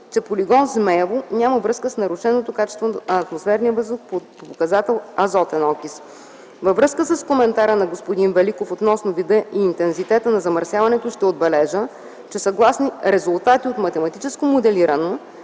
че полигон „Змеево” няма връзка с нарушеното качество на атмосферния въздух по показател азотен окис. Във връзка с коментара на господин Великов относно вида и интензитета на замърсяването ще отбележа, че съгласно резултатите от математическо моделиране